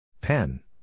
Pen